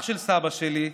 אח של סבא שלי,